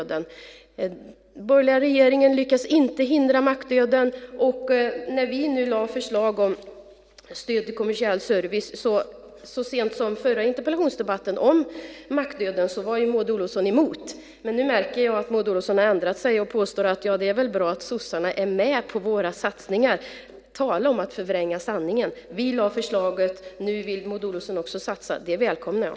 Den borgerliga regeringen lyckas inte hindra mackdöden, och när vi nu lade fram förslag om stöd till kommersiell service var Maud Olofsson emot så sent som i den förra interpellationsdebatten om mackdöden. Men nu märker jag att Maud Olofsson har ändrat sig och påstår att det är bra att sossarna är med på regeringens satsningar - tala om att förvränga sanningen! Vi lade fram förslaget. Nu vill Maud Olofsson också satsa. Det välkomnar jag.